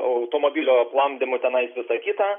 automobilio aplamdymu tenais visa kita